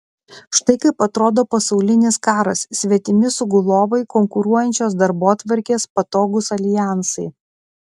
štai kaip atrodo pasaulinis karas svetimi sugulovai konkuruojančios darbotvarkės patogūs aljansai